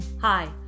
Hi